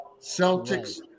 celtics